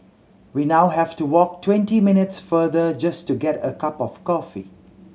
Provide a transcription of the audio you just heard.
we now have to walk twenty minutes farther just to get a cup of coffee